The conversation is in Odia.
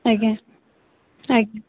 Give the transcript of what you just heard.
ଆଜ୍ଞା ଆଜ୍ଞା